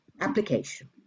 application